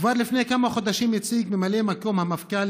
כבר לפני כמה חודשים הציג ממלא מקום המפכ"ל